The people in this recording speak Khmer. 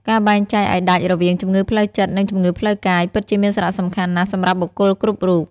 ការបែងចែកឱ្យដាច់រវាងជំងឺផ្លូវចិត្ត និងជំងឺផ្លូវកាយ ពិតជាមានសារៈសំខាន់ណាស់សម្រាប់បុគ្គលគ្រប់រួប។